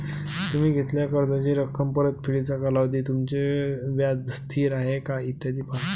तुम्ही घेतलेल्या कर्जाची रक्कम, परतफेडीचा कालावधी, तुमचे व्याज स्थिर आहे का, इत्यादी पहा